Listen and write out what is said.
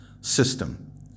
system